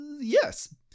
Yes